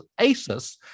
Asus